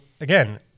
again